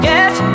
Yes